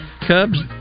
Cubs